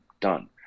done